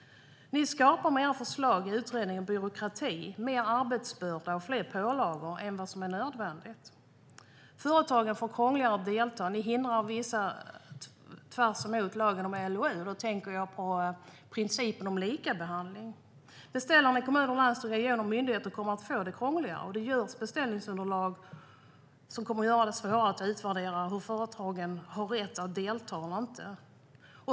Med era förslag i utredningen skapar ni byråkrati, större arbetsbörda och fler pålagor är vad som är nödvändigt. Det blir krångligare för företagen att delta. Ni hindrar vissa och går tvärtemot lagen om LOU. Jag tänker på principen om likabehandling. Beställarna i kommuner, landsting, regioner och myndigheter kommer att få det krångligare, och beställningsunderlaget kommer att göra det svårare att utvärdera hur företagen har rätt att delta eller inte.